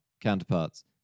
counterparts